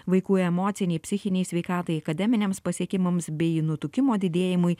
vaikų emocinei psichinei sveikatai akademiniams pasiekimams bei nutukimo didėjimui